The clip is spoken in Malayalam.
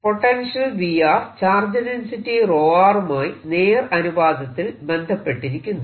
പൊട്ടൻഷ്യൽ V ചാർജ് ഡെൻസിറ്റി 𝜌 മായി നേർ അനുപാതത്തിൽ ബന്ധപ്പെട്ടിരിക്കുന്നു